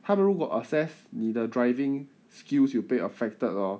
他们如果 assess 你的 driving skills 有被 affected lor